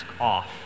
off